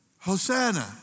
Hosanna